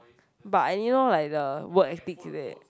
but and you know like the work ethics is it